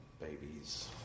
babies